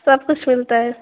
سب کچھ ملتا ہے